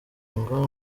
ngo